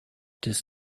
this